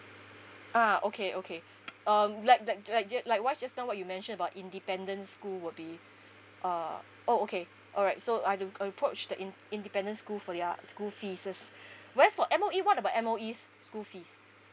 ah okay okay um like that like just like what's just now what you mentioned about independent school would be uh oh okay all right so I don't approach the in~ independent school for their school fees is where's for M_O_E what about M_O_E's school fees